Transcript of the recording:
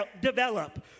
develop